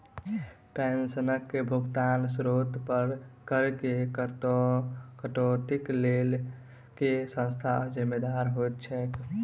पेंशनक भुगतानक स्त्रोत पर करऽ केँ कटौतीक लेल केँ संस्था जिम्मेदार होइत छैक?